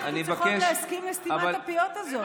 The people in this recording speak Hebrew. אני מטפל בהם, כי זאת החובה שלי.